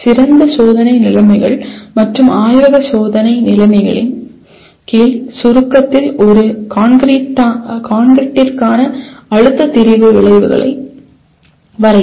சிறந்த சோதனை நிலைமைகள் மற்றும் ஆய்வக சோதனை நிலைமைகளின் கீழ் சுருக்கத்தில் ஒரு கான்கிரீட்டிற்கான அழுத்த திரிபு வளைவுகளை வரையவும்